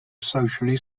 socially